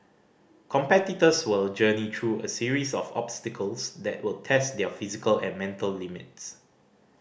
competitors will journey through a series of obstacles that will test their physical and mental limits